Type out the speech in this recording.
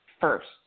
first